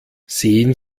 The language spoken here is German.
sehen